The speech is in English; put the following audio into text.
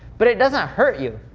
but it doesn't hurt you.